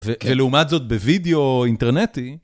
ולעומת זאת בווידאו אינטרנטי.